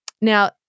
Now